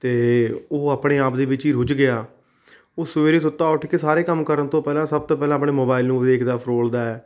ਅਤੇ ਉਹ ਆਪਣੇ ਆਪ ਦੇ ਵਿੱਚ ਹੀ ਰੁੱਝ ਗਿਆ ਉਹ ਸਵੇਰੇ ਸੁੱਤਾ ਉੱਠ ਕੇ ਸਾਰੇ ਕੰਮ ਕਰਨ ਤੋਂ ਪਹਿਲਾਂ ਸਭ ਤੋਂ ਪਹਿਲਾਂ ਆਪਣੇ ਮੋਬਾਈਲ ਨੂੰ ਵੇਖਦਾ ਫਰੋਲਦਾ ਹੈ